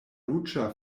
ruĝa